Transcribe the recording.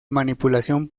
manipulación